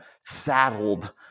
saddled